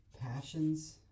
passions